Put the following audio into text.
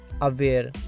aware